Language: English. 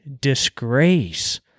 disgrace